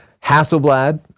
Hasselblad